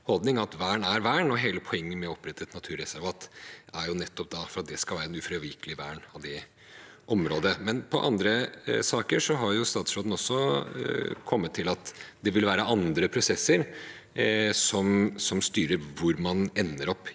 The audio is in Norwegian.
holdning at vern er vern, og at hele poenget med å opprette et naturreservat nettopp er at det skal være et ufravikelig vern av det området. I andre saker har statsråden også kommet til at det vil være andre prosesser som styrer hvor man ender opp